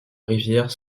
rivière